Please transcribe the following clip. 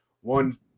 one